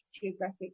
geographic